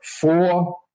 Four